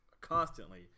constantly